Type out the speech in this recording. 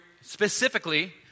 specifically